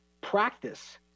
practice